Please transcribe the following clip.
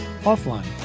offline